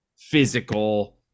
physical